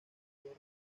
color